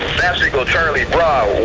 eagle charlie bra